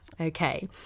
Okay